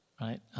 right